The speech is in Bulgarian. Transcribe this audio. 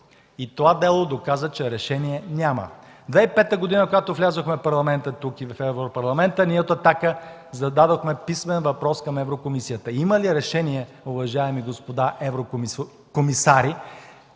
и това дело доказа, че решение няма. През 2005 г., когато влязохме в Парламента и в Европарламента, ние от „Атака” зададохме писмен въпрос към Еврокомисията: „Има ли решение, уважаеми господа еврокомисари